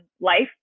life